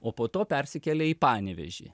o po to persikėlė į panevėžį